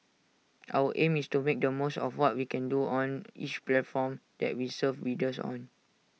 our aim is to make the most of what we can do on each platform that we serve readers on